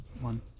one